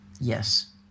Yes